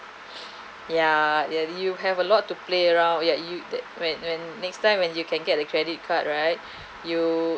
ya you have a lot to play around yet you that went when next time when you can get a credit card right you